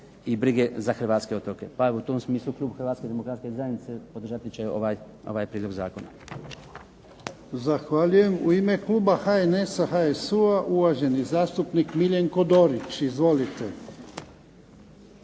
i brige za hrvatske otoke. Pa evo u tom smislu klub Hrvatske demokratske zajednice podržati će ovaj prijedlog zakona. **Jarnjak, Ivan (HDZ)** Zahvaljujem. U ime kluba HNS-a, HSU-a uvaženi zastupnik Miljenko Dorić. Izvolite.